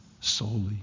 Solely